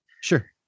sure